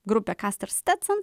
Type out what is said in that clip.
grupę castor stetson